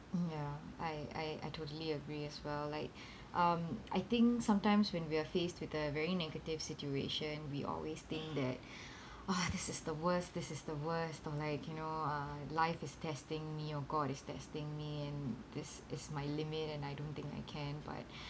mm ya I I I totally agree as well like um I think sometimes when we're faced with a very negative situation we always think that ah this is the worst this is the worst or like you know uh life is testing me or god is testing me and this is my limit and I don't think I can but